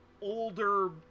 older